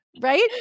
Right